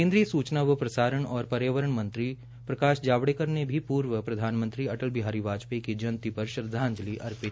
केन्द्रीय सूचना व प्रसारण और पर्यावरण मंत्री प्रकाश जावड़ेकर ने भी पूर्व प्रधानमंत्री अटल बिहारी वाजपेयी की जयंती पर श्रद्वांजलि अर्पित की